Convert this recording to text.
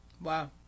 wow